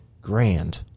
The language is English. Grand